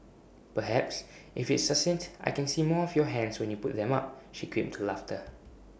perhaps if it's succinct I can see more of your hands when you put them up she quipped to laughter